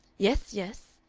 yes, yes.